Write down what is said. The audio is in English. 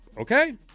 okay